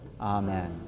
Amen